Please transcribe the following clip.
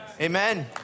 Amen